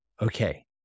Okay